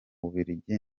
bubiligi